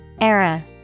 Era